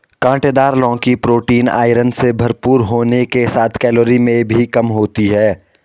काँटेदार लौकी protein, iron से भरपूर होने के साथ कैलोरी में भी कम होती है